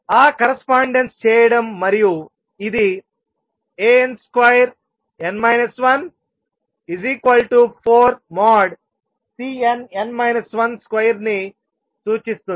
ఆ కరస్పాండెన్స్ చేయడం మరియు ఇది Ann 124|Cnn 1 |2 ని సూచిస్తుంది